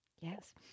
Yes